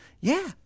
Yeah